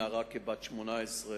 נערה כבת 18,